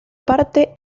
parte